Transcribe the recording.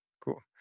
Cool